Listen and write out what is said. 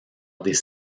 des